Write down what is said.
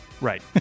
Right